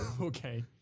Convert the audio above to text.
Okay